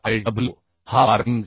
मग Iw हा warping